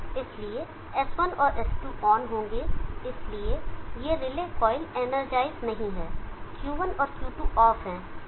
इसलिए S1 और S2 on होंगे और इसलिए ये रिले कॉइल इनरजाइज नहीं हैं Q1 और Q2 ऑफ हैं